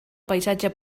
paisatge